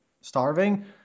starving